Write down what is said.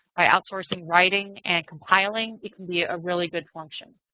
by outsourcing writing and compiling, it can be a really good function.